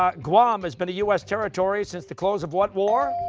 um guam has been a u s. territory since the close of what war?